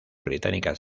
británicas